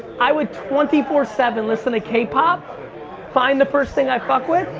i would twenty four seven listen to k-pop, find the first thing i fuck with,